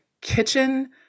kitchen